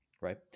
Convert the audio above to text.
right